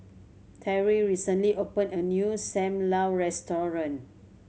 Terrill recently opened a new Sam Lau restaurant